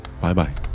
Bye-bye